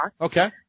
Okay